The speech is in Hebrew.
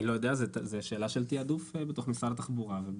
אני לא יודע, זו שאלה של תעדוף בתוך משרד התחבורה.